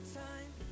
time